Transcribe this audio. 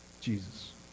Jesus